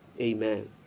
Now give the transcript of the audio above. Amen